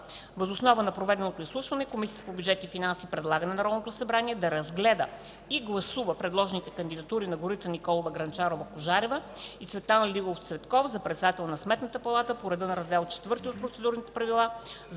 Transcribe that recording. Въз основа на проведеното изслушване Комисията по бюджет и финанси предлага на Народното събрание да разгледа и гласува предложените кандидатури на Горица Николова Грънчарова-Кожарева и Цветан Лилов Цветков за председател на Сметната палата по реда на Раздел ІV от Процедурните правила,